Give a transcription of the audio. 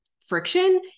friction